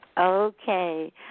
Okay